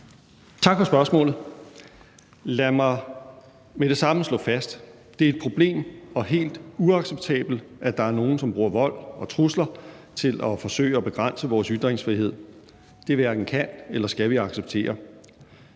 Tak for spørgsmålet. Lad mig med det samme slå fast: Det er et problem og helt uacceptabelt, at der er nogen, som bruger vold og trusler til at forsøge at begrænse vores ytringsfrihed. Det hverken kan eller skal vi acceptere.